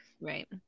right